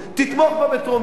תתמוך בה בטרומית.